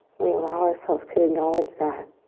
we allow ourselves to acknowledge that